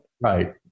Right